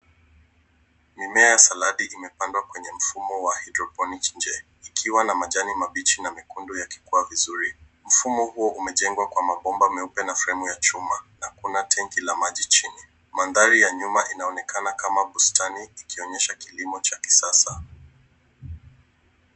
Mimea ya saladi imepandwa kwenye mfumo wa haidroponiki nje ikiwa na majani mabichi na mekundu yakikua vizuri. Mfumo huo umejengwa kwa mabomba meupe na fremu ya chuma. Kuna tenki la maji chini. Mandhari ya nyuma inaonekana kama bustani ikionyesha kilimo cha kisasa.